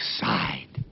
side